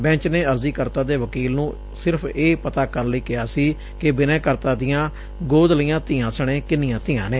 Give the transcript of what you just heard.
bench ਨੇ ਅਰਜ਼ੀਕਰਤਾ ਦੇ ਵਕੀਲ ਨੂੰ ਸਿਰਫ਼ ਇਹ ਪਤਾ ਕਰਨ ਲਈ ਕਿਹਾ ਸੀ ਕਿ ਬਿਨੈਕਰਤਾ ਦੀਆਂ ਗੋਦ ਲਈਆਂ ਧੀਆਂ ਸਣੇ ਕਿੰਨੀਆਂ ਧੀਆਂ ਨੇ